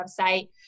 website